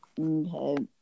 Okay